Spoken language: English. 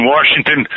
Washington